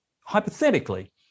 hypothetically